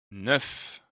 neuf